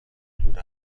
دور